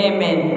Amen